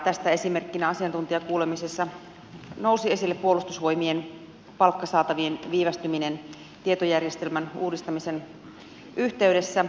tästä esimerkkinä asiantuntijakuulemisessa nousi esille puolustusvoimien palkkasaatavien viivästyminen tietojärjestelmän uudistamisen yhteydessä